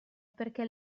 perché